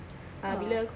!wah!